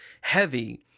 heavy